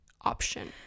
option